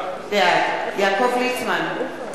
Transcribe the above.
בעד יעקב ליצמן,